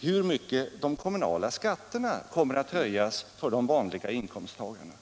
hur mycket de kommunala skatterna kommer att höjas för de vanliga inkomsttagarna?